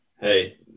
Hey